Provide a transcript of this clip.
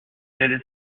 quel